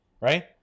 Right